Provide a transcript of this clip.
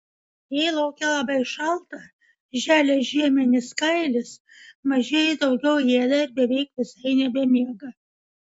jei lauke labai šalta želia žieminis kailis mažieji daugiau ėda ir beveik visai nebemiega